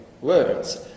words